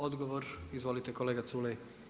Odgovor, izvolite kolega Culej.